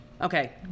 Okay